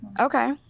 Okay